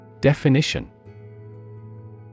Definition